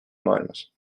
maailmas